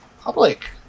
public